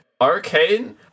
Arcane